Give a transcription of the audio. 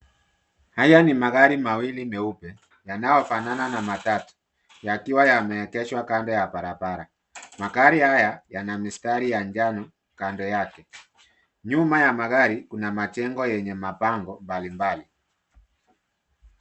Haya ni magari mawili meupe yanaofanana na matatu yakiwa yameegeshwa kando ya barabara. Magari haya yana mistari ya njano kando yake. Nyuma ya magari kuna majengo yenye mabango mbalimbali.